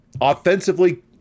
Offensively